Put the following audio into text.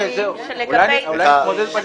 אולי אני אתמודד בליכוד?